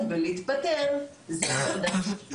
הגיעה למצב הזה של לקום ולהתפטר, זה אומר הכול.